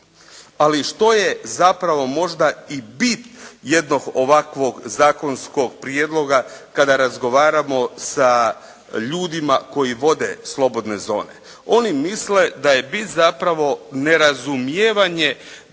Ali što je zapravo možda i bit jednog ovakvog zakonskog prijedloga kada razgovaramo sa ljudima koji vode slobodne zone. Oni misle da je bit zapravo nerazumijevanje